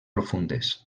profundes